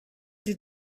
die